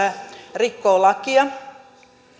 rikkoo lakia